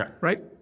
Right